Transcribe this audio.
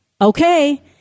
okay